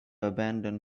abandon